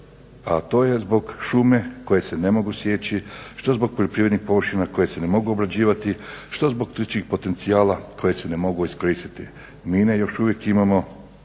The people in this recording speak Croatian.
a to je zbog šume koje se ne mogu sjeći, što zbog poljoprivrednih površina koje se ne mogu obrađivati, što zbog … potencijala koji se ne mogu iskoristiti. Mine još uvijek imamo